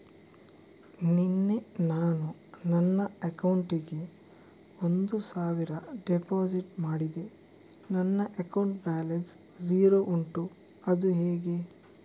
ನಿನ್ನೆ ನಾನು ನನ್ನ ಅಕೌಂಟಿಗೆ ಒಂದು ಸಾವಿರ ಡೆಪೋಸಿಟ್ ಮಾಡಿದೆ ನನ್ನ ಅಕೌಂಟ್ ಬ್ಯಾಲೆನ್ಸ್ ಝೀರೋ ಉಂಟು ಅದು ಹೇಗೆ?